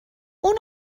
اون